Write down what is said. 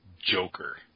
Joker